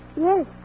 yes